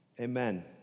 Amen